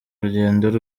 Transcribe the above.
urugendo